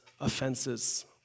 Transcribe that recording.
offenses